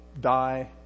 die